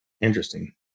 Interesting